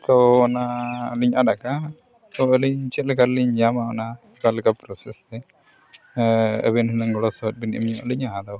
ᱛᱳ ᱚᱱᱟᱞᱤᱧ ᱟᱫ ᱟᱠᱟᱫ ᱛᱳ ᱟᱹᱞᱤᱧ ᱪᱮᱫ ᱞᱮᱠᱟ ᱨᱮᱞᱤᱧ ᱧᱟᱢᱟ ᱚᱱᱟ ᱚᱠᱟ ᱞᱮᱠᱟ ᱛᱮ ᱟᱹᱵᱤᱱ ᱦᱩᱱᱟᱹᱝ ᱜᱚᱲᱚ ᱥᱚᱦᱚᱫ ᱵᱤᱱ ᱮᱢᱧᱚᱜ ᱟᱞᱤᱧᱟᱹ ᱟᱫᱚ